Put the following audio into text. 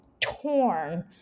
torn